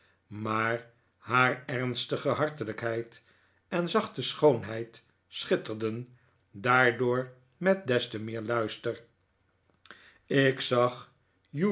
maar haar ernstige hartelijkheid en zachte schoonheid schitterden daardoor met des te meer luister ik zag